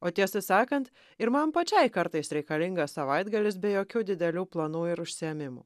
o tiesą sakant ir man pačiai kartais reikalingas savaitgalis be jokių didelių planų ir užsiėmimų